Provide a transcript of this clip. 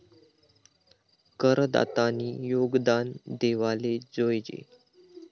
करदातानी योगदान देवाले जोयजे